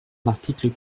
l’article